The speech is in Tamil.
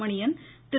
மணியன் திரு